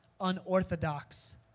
unorthodox